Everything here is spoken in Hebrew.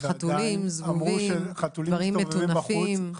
חתולים, זבובים, דברים מטונפים.